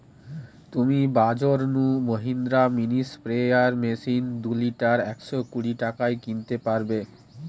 তুমি বাজর নু মহিন্দ্রা মিনি স্প্রেয়ার মেশিন দুই লিটার একশ কুড়ি টাকায় কিনতে পারবে